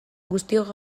guztiok